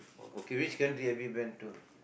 okay which country have you been to